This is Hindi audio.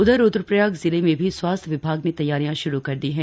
उधर रुद्रप्रयाग जिले में भी स्वास्थ्य विभाग ने तैयारियां श्रू कर दी हैं